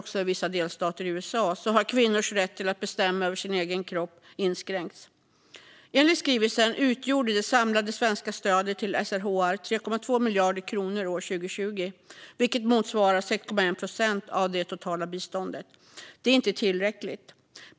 Även i vissa delstater i USA har kvinnors rätt att bestämma över sin egen kropp inskränkts. Enligt skrivelsen utgjorde det samlade svenska stödet till SRHR 3,2 miljarder kronor år 2020, vilket motsvarade 6,1 procent av det totala biståndet. Det är inte tillräckligt.